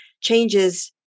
changes